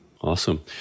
Awesome